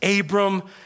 Abram